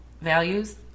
values